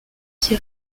qui